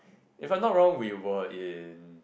if I'm not wrong we were in